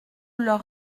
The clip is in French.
leur